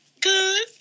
Good